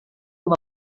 com